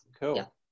Cool